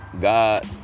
God